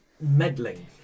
meddling